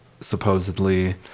supposedly